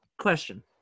question